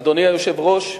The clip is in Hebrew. אדוני היושב-ראש,